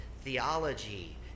theology